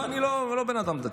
אני לא בן אדם דתי,